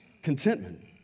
Contentment